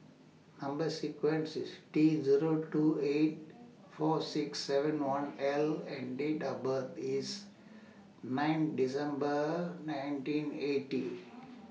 Number sequence IS T Zero two eight four six seven one L and Date of birth IS nine December nineteen eighty